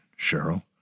Cheryl